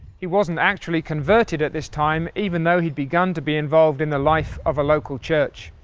he wasn't actually converted at this time, even though he'd begun to be involved in the life of a local church.